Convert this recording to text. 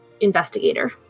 investigator